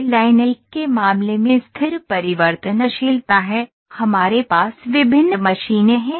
यह लाइन 1 के मामले में स्थिर परिवर्तनशीलता है हमारे पास विभिन्न मशीनें हैं